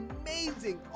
amazing